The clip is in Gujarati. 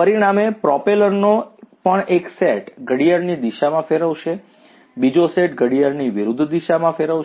પરિણામે પ્રોપેલરોનો પણ એક સેટ ઘડિયાળની દિશામાં ફેરવશે બીજો સેટ ઘડિયાળની વિરુદ્ધ દિશામાં ફેરવશે